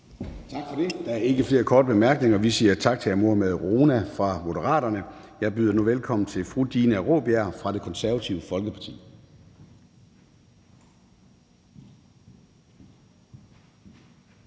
Tak for det. Der er ikke flere korte bemærkninger. Vi siger tak til hr. Mohammad Rona fra Moderaterne. Jeg byder nu velkommen til fru Dina Raabjerg fra Det Konservative Folkeparti.